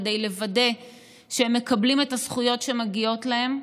כדי לוודא שהם מקבלים את הזכויות שמגיעות להם,